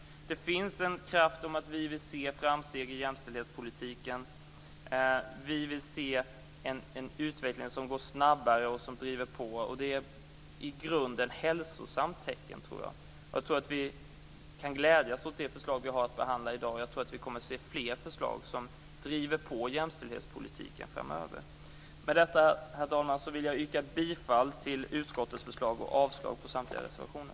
Det finns krafter som vill se framsteg i jämställdhetspolitiken. Vi vill se en utveckling som går snabbare och som driver på. Detta är ett i grunden hälsosamt tecken. Vi kan glädjas åt det förslag vi har att behandla i dag, och jag tror att vi kommer att få se fler förslag som driver på jämställdhetspolitiken framöver. Herr talman! Med detta vill jag yrka bifall till utskottets förslag och avslag på samtliga reservationer.